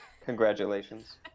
Congratulations